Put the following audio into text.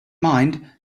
mind